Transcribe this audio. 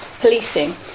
policing